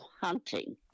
hunting